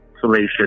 salacious